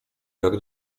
jak